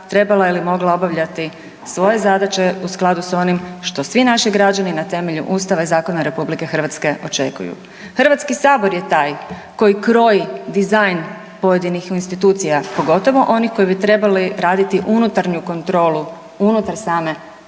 trebala ili mogla obavljati svoje zadaće u skladu s onim što svi naši građani na temelju ustava i zakona RH očekuju. HS je taj koji kroji dizajn pojedinih institucija, pogotovo onih koji bi trebali raditi unutarnju kontrolu unutar same